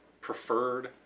preferred